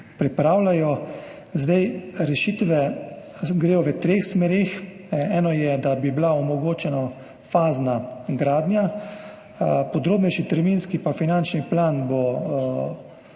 pripravljajo. Rešitve gredo v treh smereh. Ena je, da bi bila omogočena fazna gradnja, podrobnejši terminski in finančni plan bo